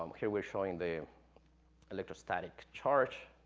um here, we're showing the electrostatic charge.